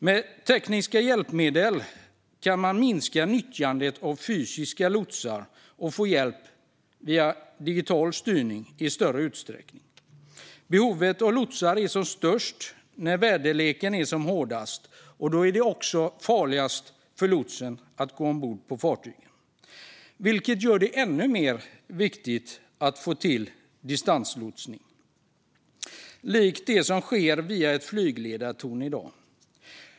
Med tekniska hjälpmedel kan man minska nyttjandet av fysiska lotsar och få hjälp via digital styrning i större utsträckning. Behovet av lotsar är som störst när väderleken är som hårdast. Det är också då det är som farligast för lotsen att gå ombord på fartygen, vilket gör det ännu viktigare med distanslots, likt det som i dag sker i ett flygledartorn.